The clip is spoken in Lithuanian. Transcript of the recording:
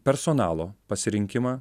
personalo pasirinkimą